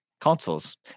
consoles